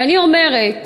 ואני אומרת